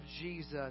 Jesus